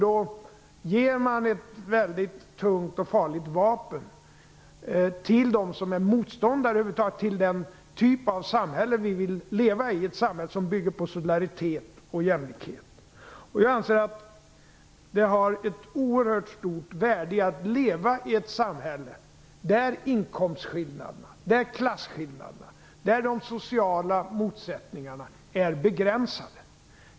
Då ger man ett mycket tungt och farligt vapen till dem som är motståndare till den typ av samhälle som vi vill leva i - ett samhälle som bygger på solidaritet och jämlikhet. Jag anser att det är ett oerhört stort värde i att leva i ett samhälle där inkomstskillnaderna, klasskillnaderna och de sociala motsättningarna är begränsade.